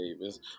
Davis